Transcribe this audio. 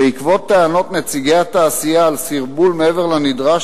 בעקבות טענות נציגי התעשייה על סרבול מעבר לנדרש,